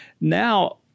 Now